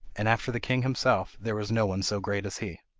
and after the king himself there was no one so great as he.